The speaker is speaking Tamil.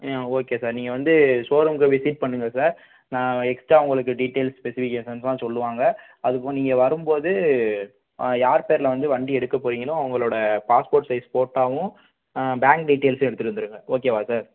ம் ஓகே சார் நீங்கள் வந்து ஷோரூம்க்கு விசிட் பண்ணுங்கள் சார் நான் எக்ஸ்ட்ரா உங்களுக்கு டீட்டெயில்ஸ் ஸ்பெசிபிகேஷன்லாம் சொல்லுவாங்கள் அதுக்கும் நீங்கள் வரும்போது யார் பேர்ல வந்து வண்டி எடுக்கப் போறீங்களோ அவங்களோட பாஸ்போர்ட் சைஸ் ஃபோட்டோவும் பேங்க் டீட்டெயில்ஸும் எடுத்துகிட்டு வந்துடுங்க ஓகேவா சார்